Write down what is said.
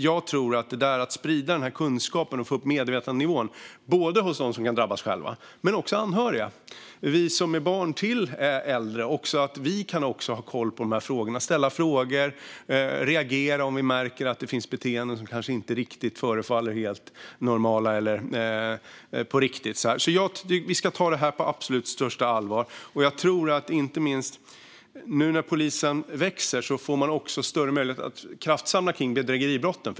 Det gäller att sprida kunskapen och få upp medvetandenivån både hos dem som kan drabbas själva, hos anhöriga och hos oss som är barn till äldre. Vi kan också ha koll på de här frågorna, ställa frågor och reagera om vi märker att det finns beteenden som kanske inte riktigt förefaller helt normala eller på riktigt. Vi ska absolut ta det här på största allvar. Nu när polisen växer får man också större möjlighet att kraftsamla kring bedrägeribrotten.